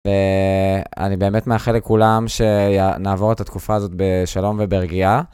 ואני באמת מאחל לכולם שנעבור את התקופה הזאת בשלום וברגיעה.